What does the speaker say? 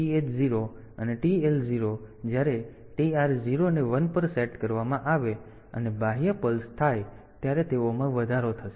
તેથી TH 0 અને TL 0 જ્યારે TR 0 ને 1 પર સેટ કરવામાં આવે અને બાહ્ય પલ્સ થાય ત્યારે તેઓમાં વધારો થશે